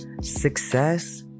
Success